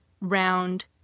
round